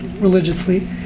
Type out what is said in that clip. religiously